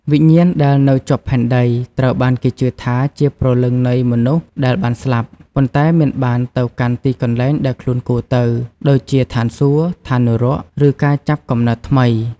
វិញ្ញាណដែលនៅជាប់ផែនដី ត្រូវបានគេជឿថាជាព្រលឹងនៃមនុស្សដែលបានស្លាប់ ប៉ុន្តែមិនបានទៅកាន់ទីកន្លែងដែលខ្លួនគួរទៅ ដូចជាឋានសួគ៌ ឋាននរក ឬការចាប់កំណើតថ្មី។